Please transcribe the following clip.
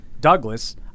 Douglas